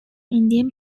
indian